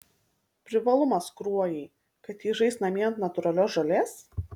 privalumas kruojai kad ji žais namie ant natūralios žolės